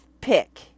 pick